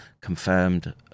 confirmed